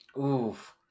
oof